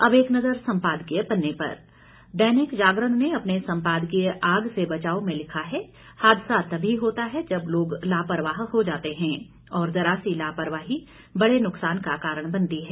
अब एक नजर संपादकीय पन्ने पर दैनिक जागरण ने अपने संपादकीय आग से बचाव में लिखा है हादसा तभी होता है जब लोग लापरवाह हो जाते हैं और जरा सी लापरवाही बड़े नुक्सान का कारण बनती है